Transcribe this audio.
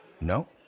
No